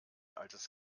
altes